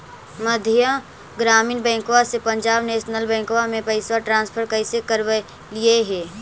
मध्य ग्रामीण बैंकवा से पंजाब नेशनल बैंकवा मे पैसवा ट्रांसफर कैसे करवैलीऐ हे?